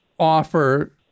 offer